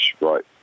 right